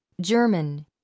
German